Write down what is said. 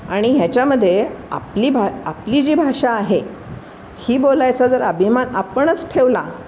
आणि ह्याच्यामध्ये आपली भा आपली जी भाषा आहे ही बोलायचा जर अभिमान आपणच ठेवला